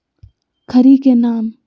खड़ी के नाम?